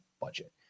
budget